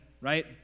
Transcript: right